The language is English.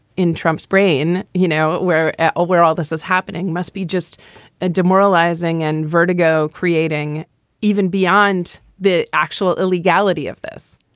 in trump's brain, you know, where oh, where all this is happening must be just a demoralizing and vertigo creating even beyond the actual illegality of this.